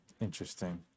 Interesting